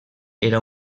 era